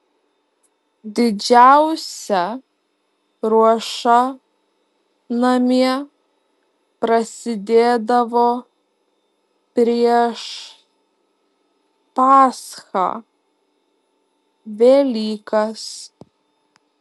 didžiausia ruoša namie prasidėdavo prieš paschą velykas